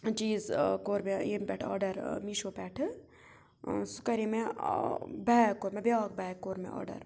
چیٖز کوٚر مےٚ ییٚمہِ پٮ۪ٹھ آڈَر میٖشو پٮ۪ٹھٕ سُہ کَرے مےٚ بیگ کوٚر مےٚ بیٛاکھ بیگ کوٚر مےٚ آڈَر